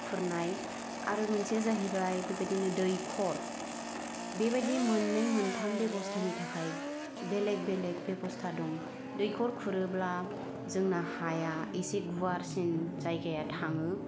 खुरनाय आरो मोनसेया जाहैबाय बिबादिनो दैखर बेबाइदि मोननै मोनथाम बेबस्थानि थाखाय बेलेख बेलेख बेबसथा दं दैखर खुरोब्ला जोंना हाया एसे गुयारसिन जायगाया थाङो